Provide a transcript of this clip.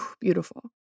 beautiful